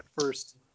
first